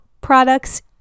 products